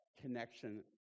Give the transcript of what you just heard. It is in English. connection